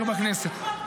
בסדר.